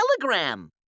telegram